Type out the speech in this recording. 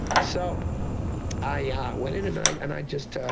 so i ah went in and i and i just.